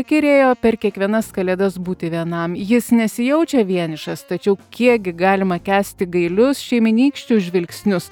įkyrėjo per kiekvienas kalėdas būti vienam jis nesijaučia vienišas tačiau kiekgi galima kęsti gailius šeiminykščių žvilgsnius